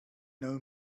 know